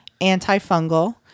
antifungal